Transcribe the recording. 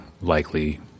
likely